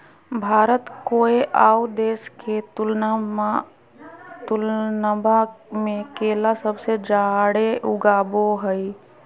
भारत कोय आउ देश के तुलनबा में केला सबसे जाड़े उगाबो हइ